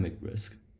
risk